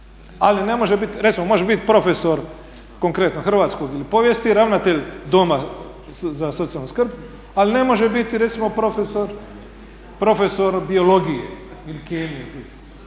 znanosti. Recimo može biti profesor konkretno hrvatskog ili povijesti ravnatelj Doma za socijalnu skrb ali ne može biti recimo profesor biologije ili kemije.